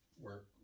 work